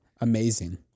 amazing